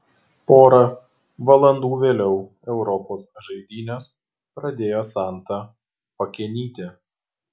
pora valandų vėliau europos žaidynes pradėjo santa pakenytė